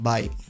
Bye